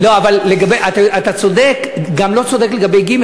אתה גם לא צודק לגבי ג',